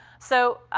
so,